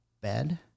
bed